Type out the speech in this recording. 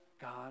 God